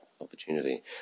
opportunity